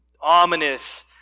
ominous